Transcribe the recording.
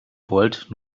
wollt